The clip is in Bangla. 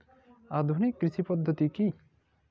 আধুনিক কৃষি পদ্ধতি কী?